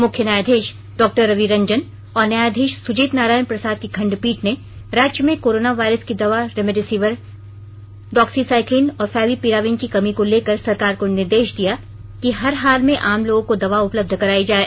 मुख्य न्यायाधीश डॉक्टर रवि रंजन और न्यायाधीश सुजीत नारायण प्रसाद की खंडपीठ ने राज्य में कोरोना वायरस की दवा रेमडेसिविर डाक्सीसाइक्लिन और फैवी पीरावीन की कमी को लेकर सरकार को निर्देश दिया कि हर हाल में आम लोगों को दवा उपलब्ध करायी जाए